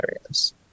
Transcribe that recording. areas